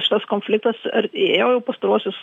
šitas konfliktas artėjo pastaruosius